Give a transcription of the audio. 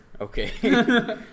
Okay